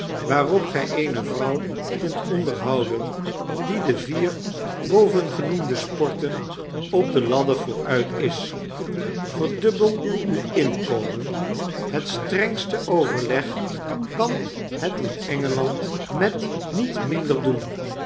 waarop gij eene vrouw kunt onderhouden die de vier bovengenoemde sporten op de ladder vooruit is verdubbel uw inkomen het strengste overleg kan het in e n g e a n d met niet minder doen